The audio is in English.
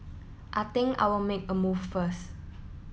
I think I will make a move first